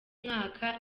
mwaka